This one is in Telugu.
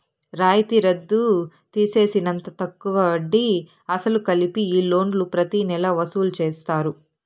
రాయితీ రద్దు తీసేసినంత తక్కువ వడ్డీ, అసలు కలిపి ఈ లోన్లు ప్రతి నెలా వసూలు చేస్తారు